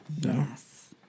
Yes